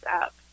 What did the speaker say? up